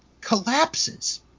collapses